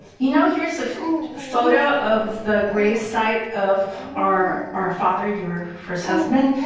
you know, here's a photo of the grave site of our our father, your first husband.